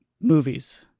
movies